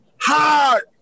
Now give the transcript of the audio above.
hard